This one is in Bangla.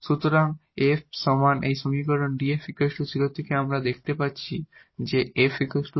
সুতরাং f সমান এই সমীকরণ 𝑑𝑓 0 থেকে আমরা দেখতে পাচ্ছি যে 𝑓 𝑐